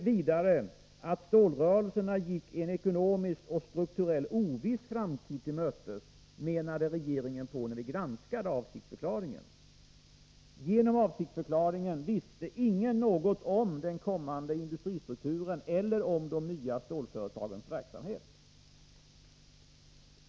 Vidare menade regeringen när vi granskade avsiktsförklaringen att stålrörelserna gick en ekonomiskt och strukturellt oviss framtid till mötes. Genom avsiktsförklaringen visste ingen någonting om den kommande industristrukturen eller om de nya stålföretagens verksamhet.